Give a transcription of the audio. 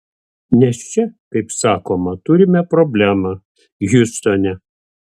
nes čia kaip sakoma turime problemą hiustone